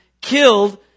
killed